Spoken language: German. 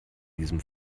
diesem